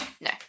No